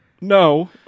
No